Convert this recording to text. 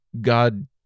God